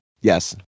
Yes